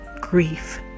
grief